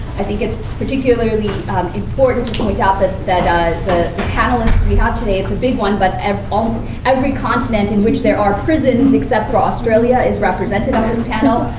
i think it's particularly important to point out that ah the panelists we have today it's a big one, but every um every continent in which there are prisons, except for australia, is represented on this panel.